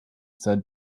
said